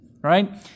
right